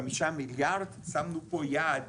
חמישה מיליארד, שמנו פה יעד